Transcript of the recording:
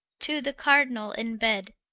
to the cardinal in bed.